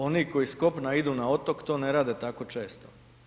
Oni koji s kopna idu na otok to ne rade tako često.